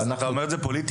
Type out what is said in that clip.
אתה אומר את זה פוליטיקלי.